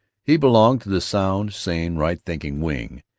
he belonged to the sound, sane, right-thinking wing,